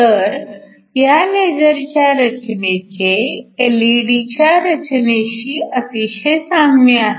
तर ह्या लेझरच्या रचनेचे एलईडीच्या रचनेशी अतिशय साम्य आहे